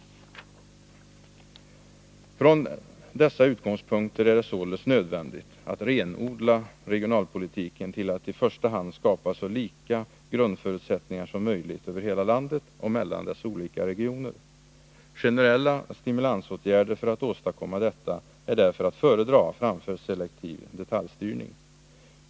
Från dessa utgångspunkter är det således nödvändigt att renodla regionalpolitiken till att i första hand skapa så lika grundförutsättningar som möjligt över hela landet och mellan dess olika regioner. Generella stimulansåtgärder för att åstadkomma detta är därför att föredra framför selektiv detaljstyrning.